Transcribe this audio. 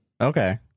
Okay